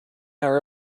are